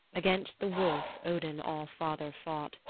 against the wolf odin all-father fought.